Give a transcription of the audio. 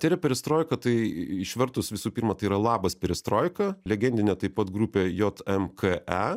tere perestroika tai išvertus visų pirma tai yra labas perestroika legendinė taip pat grupė jot em k e